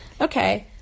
Okay